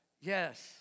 Yes